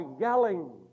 yelling